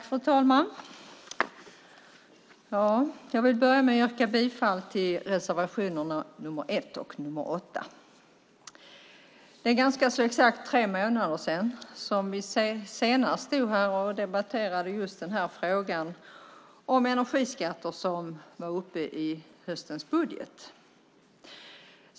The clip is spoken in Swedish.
Fru talman! Jag vill börja med att yrka bifall till reservationerna nr 1 och nr 8. Det är ganska exakt tre månader sedan vi senast debatterade frågan om energiskatter i samband med höstens budget.